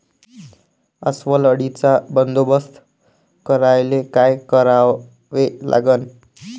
अस्वल अळीचा बंदोबस्त करायले काय करावे लागन?